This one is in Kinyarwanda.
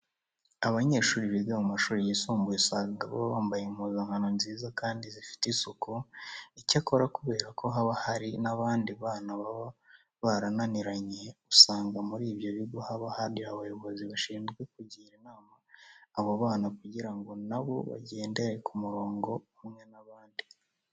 Abanyeshuri biga mu mashuri yisumbuye usanga baba bambaye impuzankano nziza kandi zifite isuku. Icyakora kubera ko haba hari n'abandi bana baba barananiranye, usanga muri ibyo bigo haba hari abayobozi bashinzwe kugira inama abo bana kugira ngo na bo bagendere ku murongo umwe n'abandi.